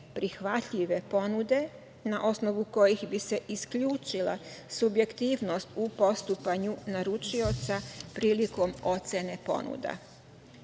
prihvatljive ponude na osnovu kojih bi se isključila subjektivnost u postupanju naručioca prilikom ocene